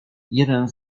jeden